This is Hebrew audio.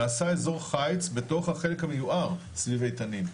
נעשה אזור חיץ בתוך החלק המיוער סביב איתנים.